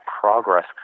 progress